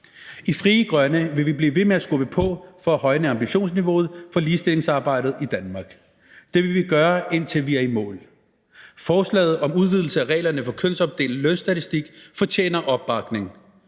I Frie Grønne vil vi blive ved med at skubbe på for at højne ambitionsniveauet for ligestillingsarbejdet i Danmark. Det vil vi gøre, indtil vi er i mål. Forslaget om udvidelse af reglerne for kønsopdelt lønstatistik fortjener opbakning,